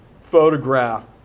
photograph